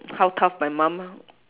how tough my mum